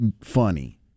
funny